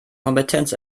kompetenz